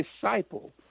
disciple